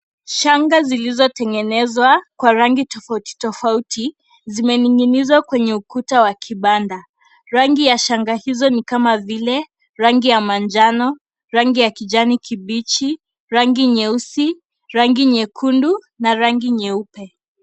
Shanga zilizotengenezwa kwa rangi tofauti tofauti zimeninginizwa kwenye ukuta wa kibanda, rangi ya shanga hizo ni kama vile rangi ya manjano, rangi ya kijani kibichi, rangi nyeusi, rangi nyekundu, na rangi nyeupe.